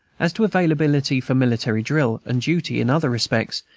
as to availability for military drill and duty in other respects,